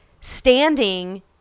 standing